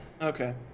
Okay